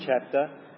chapter